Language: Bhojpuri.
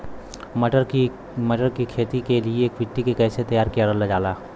मटर की खेती के लिए मिट्टी के कैसे तैयार करल जाला?